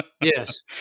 Yes